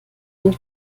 wenn